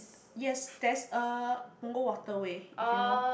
yes there's a Punggol Waterway if you know